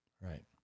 right